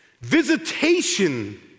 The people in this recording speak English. visitation